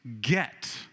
get